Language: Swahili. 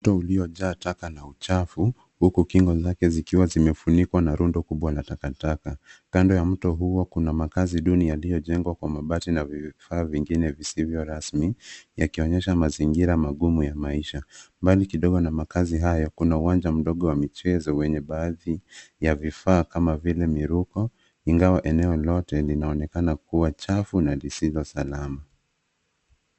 Mto uliojaa taka na uchafu huku kingo zake zikiwa zimefunikwa na rundo kubwa la takataka. Kando ya mto huo kuna makazi duni yaliyojengwa kwa mabati na vifaa vingine visivyo rasmi yakionyesha mazingira magumu ya maisha. Mbali kidogo na makazi hayo kuna uwanja mdogo wa michezo wenye baadhi ya vifaa kama vile miruko ingawa eneo lote linaonekana kuwa chafu na lisilo salama.